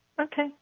Okay